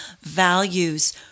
values